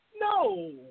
no